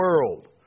world